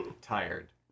tired